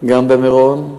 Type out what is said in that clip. גם במירון,